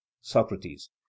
Socrates